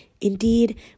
Indeed